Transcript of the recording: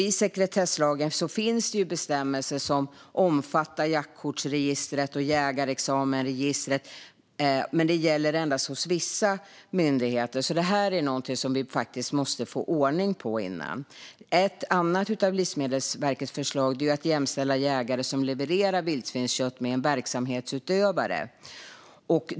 I sekretesslagen finns det bestämmelser som omfattar jaktkortsregistret och jägarexamensregistret, men det gäller endast hos vissa myndigheter. Det här är något som vi måste få ordning på. Den andra är Livsmedelsverkets förslag att jämställa jägare som levererar vildsvinskött med verksamhetsutövare.